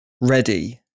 ready